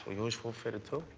yours forfeited too?